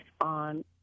on